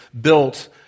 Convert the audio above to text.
built